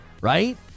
right